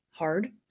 hard